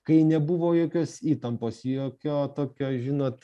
kai nebuvo jokios įtampos jokio tokio žinot